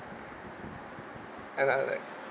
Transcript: and I'm like